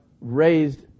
raised